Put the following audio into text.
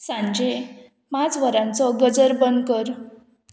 सांजे पांच वरांचो गजर बंद कर